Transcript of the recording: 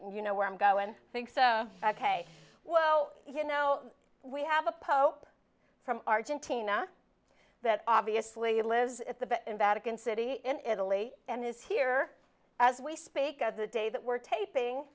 and you know where i'm go and think so ok well you know we have a pope from argentina that obviously lives at the vatican city in italy and is here as we speak of the day that we're taping